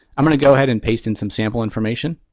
i'm going to go ahead and paste in some sample information,